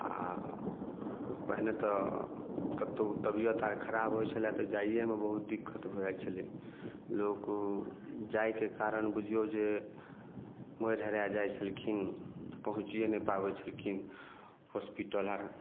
आ पहिने तऽ कतहुँ तबिअत आर खराब होइत छलै तऽ जाइएमे बहुत दिक्कत भऽ जाइत छलै लोक जाइके कारण बुझियौ जे मरि हराए जाइत छलखिन पहुँचिए नहि पाबैत छलखिन होस्पिटल आर